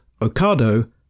Ocado